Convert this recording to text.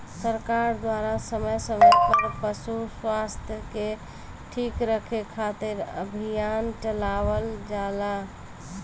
सरकार द्वारा समय समय पर पशु स्वास्थ्य के ठीक रखे खातिर अभियान चलावल जाला